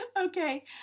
Okay